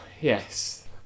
yes